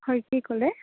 হয় কি ক'লে